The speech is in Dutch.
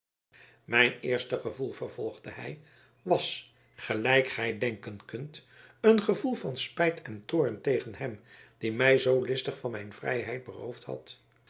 mijn eerste gevoel vervolgde hij was gelijk gij denken kunt een gevoel van spijt en toorn tegen hem die mij zoo listig van mijn vrijheid beroofd had